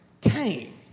came